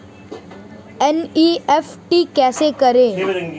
NEFT कैसे करें?